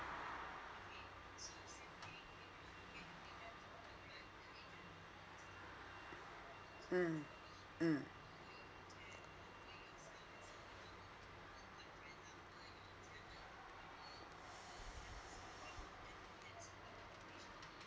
mm mm